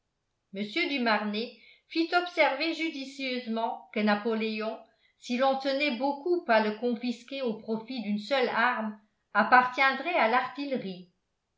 mr du marnet fit observer judicieusement que napoléon si l'on tenait beaucoup à le confisquer au profit d'une seule arme appartiendrait à l'artillerie